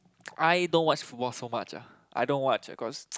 I don't watch football so much ah I don't watch cause